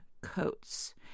coats